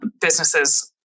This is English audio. businesses